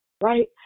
right